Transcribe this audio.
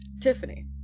Tiffany